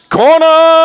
corner